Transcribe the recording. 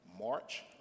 March